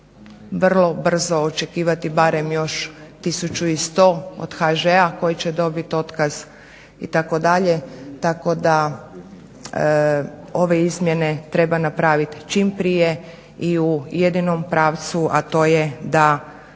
vrlo brzo barem još 1100 od HŽ-a koji će dobiti otkaz itd. Tako da ove izmjene treba napraviti čim prije i u jedinom pravcu a to je da